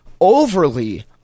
overly